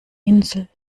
insel